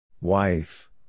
Wife